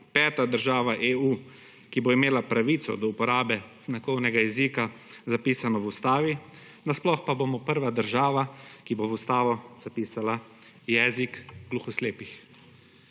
peta država EU, ki bo imela pravico do uporabe znakovnega jezika zapisano v ustavi, na sploh pa bomo prva država, ki bo v ustavo zapisala jezik gluhoslepih.